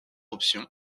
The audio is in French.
option